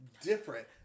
different